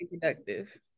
productive